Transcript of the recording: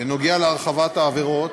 בנוגע להחמרת הענישה,